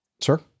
Sir